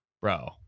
Bro